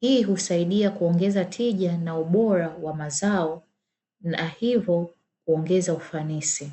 Hii husaidia kuongeza tija na ubora wa mazao na hivyo huongeza ufanisi.